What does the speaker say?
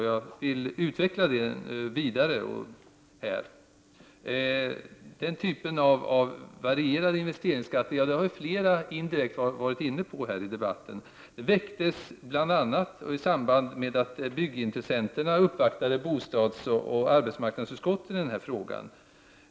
Jag vill utveckla det vidare här. En varierad investeringsskatt har flera indirekt varit inne på här i debatten. De tankarna väcktes bl.a. i samband med att byggintressenterna uppvaktade bostadsoch arbetsmarknadsutskotten i denna fråga.